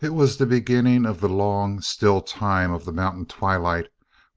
it was the beginning of the long, still time of the mountain twilight